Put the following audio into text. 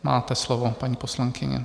Máte slovo, paní poslankyně.